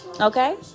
Okay